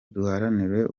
duharanire